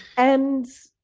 and,